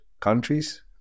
countries